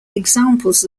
examples